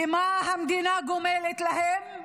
ומה המדינה גומלת להם?